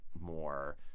more